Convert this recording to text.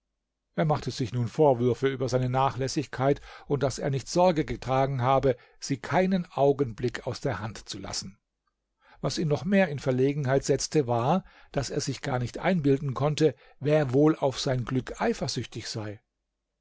er machte sich nun vorwürfe über seine nachlässigkeit und daß er nicht sorge getragen habe sie keinen augenblick aus der hand zu lassen was ihn noch mehr in verlegenheit setzte war daß er sich gar nicht einbilden konnte wer wohl auf sein glück eifersüchtig sei